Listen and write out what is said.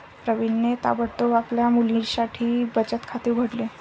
प्रवीणने ताबडतोब आपल्या मुलीसाठी बचत खाते उघडले